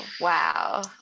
wow